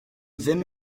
ddim